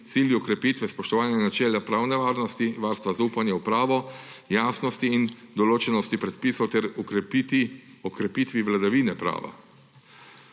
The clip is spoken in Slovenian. cilju okrepitve spoštovanja načela pravne varnosti, varstva, zaupanja v pravo, jasnosti in določenosti predpisov ter okrepitvi vladavine prava.